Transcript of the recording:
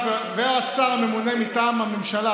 השר הממונה מטעם הממשלה,